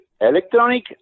electronic